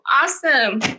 awesome